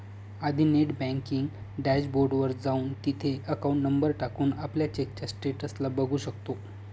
आधी net banking dashboard वर जाऊन, तिथे अकाउंट नंबर टाकून, आपल्या चेकच्या स्टेटस ला बघू शकतो